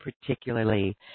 particularly